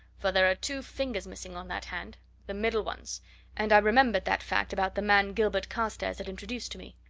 for there are two fingers missing on that hand the middle ones and i remembered that fact about the man gilbert carstairs had introduced to me.